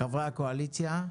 חברי הקואליציה,